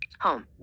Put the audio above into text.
Home